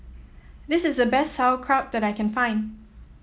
this is the best Sauerkraut that I can find